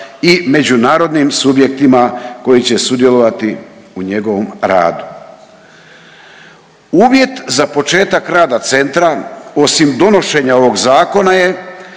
i međunarodnim subjektima koji će sudjelovati u njegovom radu. Uvjet za početak rada centra osim donošenja ovog zakona je